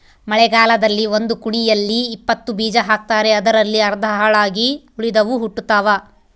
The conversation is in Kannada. ಮಳೆಗಾಲದಲ್ಲಿ ಒಂದು ಕುಣಿಯಲ್ಲಿ ಇಪ್ಪತ್ತು ಬೀಜ ಹಾಕ್ತಾರೆ ಅದರಲ್ಲಿ ಅರ್ಧ ಹಾಳಾಗಿ ಉಳಿದವು ಹುಟ್ಟುತಾವ